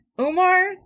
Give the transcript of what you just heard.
Umar